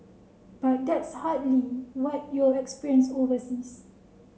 but that's hardly what you'll experience overseas